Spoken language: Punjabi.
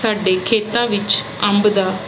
ਸਾਡੇ ਖੇਤਾਂ ਵਿੱਚ ਅੰਬ ਦਾ